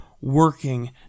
working